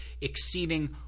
exceeding